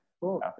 cool